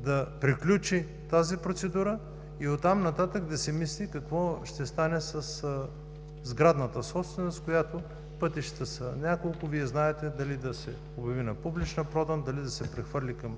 да приключи тази процедура и оттам нататък да се мисли какво ще стане със сградната собственост. Пътищата са няколко – Вие знаете, дали да се обяви за публична продан, дали да се прехвърли към